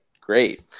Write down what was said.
great